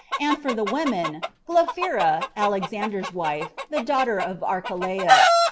and for the women, glaphyra, alexander's wife, the daughter of archelaus,